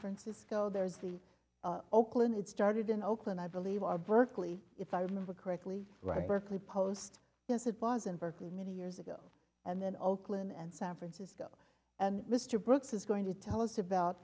francisco there's the oakland it started in oakland i believe of berkeley if i remember correctly right berkeley post yes it was in berkeley many years ago and then all clean and san francisco and mr brooks is going to tell us about